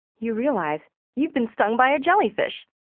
you realize you've been stung by a jellyfish.